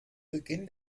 beginn